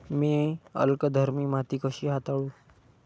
मी अल्कधर्मी माती कशी हाताळू?